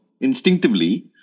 instinctively